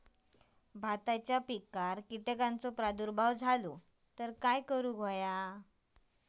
भात पिकांक कीटकांचो प्रादुर्भाव झालो तर काय करूक होया?